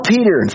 Peter